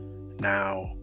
Now